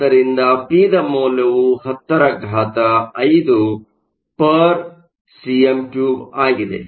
ಆದ್ದರಿಂದ ಪಿ ದ ಮೌಲ್ಯವು 105 cm 3 ಆಗಿದೆ